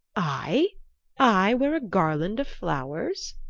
i i wear a garland of flowers?